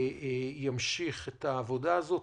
ימשיך את העבודה הזאת.